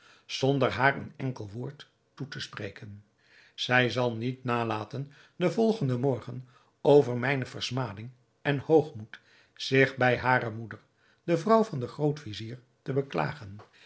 zonder haar een enkel woord toe te spreken zij zal niet nalaten den volgenden morgen over mijne versmading en hoogmoed zich bij hare moeder de vrouw van den groot-vizier te beklagen